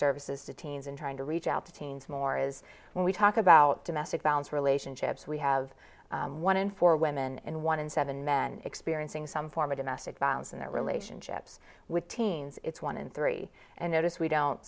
services to teens and trying to reach out to teens more is when we talk about domestic violence relationships we have one in four women and one in seven men experiencing some form of domestic violence in their relationships with teens it's one in three and notice we don't